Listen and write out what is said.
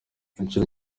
inshuro